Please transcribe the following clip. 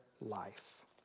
life